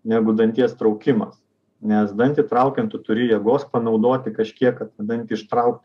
negu danties traukimas nes dantį traukiant tu turi jėgos panaudoti kažkiek kad tą dantį ištrau